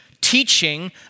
teaching